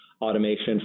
automation